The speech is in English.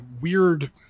weird